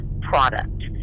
product